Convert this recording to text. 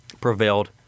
prevailed